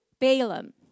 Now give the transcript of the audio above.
Balaam